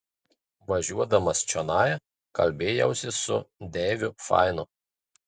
važiuodamas čionai kalbėjausi su deiviu fainu